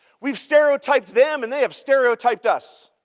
we've stereotyped them and they have stereotyped us.